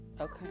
Okay